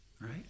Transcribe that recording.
right